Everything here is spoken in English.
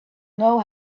know